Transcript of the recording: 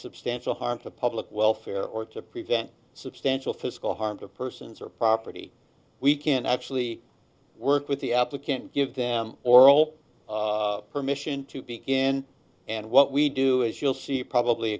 substantial harm to public welfare or to prevent substantial physical harm to persons or property we can actually work with the applicant give them oral permission to begin and what we do is you'll see probably